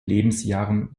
lebensjahren